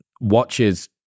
watches